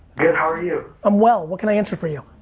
good, how are you? i'm well. what can i answer for you?